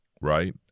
right